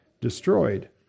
destroyed